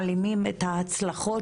מעלימים את ההצלחות